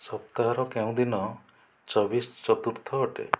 ସପ୍ତାହର କେଉଁ ଦିନ ଚବିଶ ଚତୁର୍ଥ ଅଟେ